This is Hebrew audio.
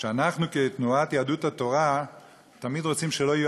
שאנחנו כתנועת יהדות התורה תמיד רוצים שלא יהיו